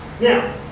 Now